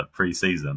preseason